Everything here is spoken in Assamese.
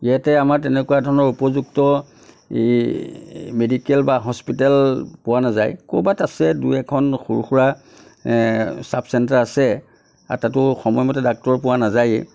ইয়াতে আমাৰ তেনেকুৱা ধৰণৰ উপযুক্ত এই মেডিকেল বা হস্পিতেল পোৱা নাযায় ক'ৰবাত আছে দুই এখন সৰু সুৰা চাব চেণ্টাৰ আছে আৰু তাতো সময়মতে ডাক্তৰ পোৱা নাযায়েই